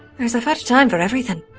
there's a first time for everything.